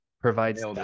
provides